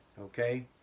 okay